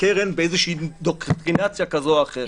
הקרן באיזושהי אינדוקטרינציה כזאת או אחרת.